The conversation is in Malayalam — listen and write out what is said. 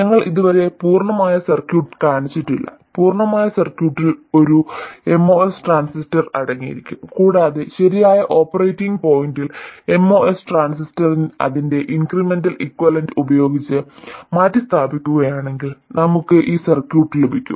ഞങ്ങൾ ഇതുവരെ പൂർണ്ണമായ സർക്യൂട്ട് കാണിച്ചിട്ടില്ല പൂർണ്ണമായ സർക്യൂട്ടിൽ ഒരു MOS ട്രാൻസിസ്റ്റർ അടങ്ങിയിരിക്കും കൂടാതെ ശരിയായ ഓപ്പറേറ്റിംഗ് പോയിന്റിൽ MOS ട്രാൻസിസ്റ്ററിനെ അതിന്റെ ഇൻക്രിമെന്റൽ ഇക്വലന്റ് ഉപയോഗിച്ച് മാറ്റിസ്ഥാപിക്കുകയാണെങ്കിൽ നമുക്ക് ഈ സർക്യൂട്ട് ലഭിക്കും